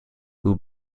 who